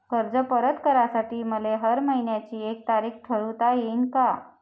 कर्ज परत करासाठी मले हर मइन्याची एक तारीख ठरुता येईन का?